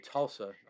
Tulsa